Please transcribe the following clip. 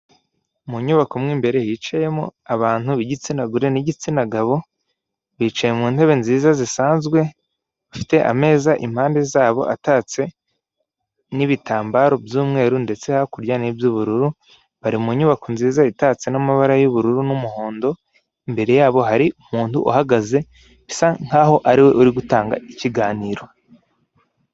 Mu nyubako mo imbere, hicayemo abantu b'igitsina gore n'igitsina gabo, bicaye mu ntebe nziza zisanzwe, bafite ameza impande zabo atatse n'ibitambaro by'umweru ndetse hakurya n'iby'ubururu, bari mu nyubako nziza itatse n'amabara y'ubururu n'umuhondo, imbere yabo hari umuntu uhagaze, bisa nk'aho ari we uri gutanga ikiganiro.